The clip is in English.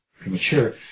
premature